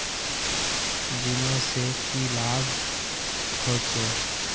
बीमा से की लाभ होचे?